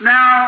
Now